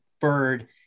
bird